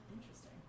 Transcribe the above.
Interesting